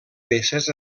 peces